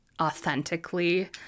authentically